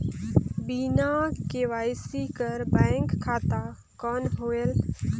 बिना के.वाई.सी कर बैंक खाता कौन होएल?